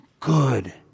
Good